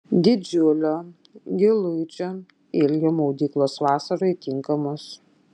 didžiulio giluičio ilgio maudyklos vasarai tinkamos